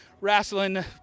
wrestling